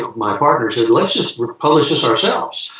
my partner, said, let's just republish this ourselves.